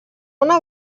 una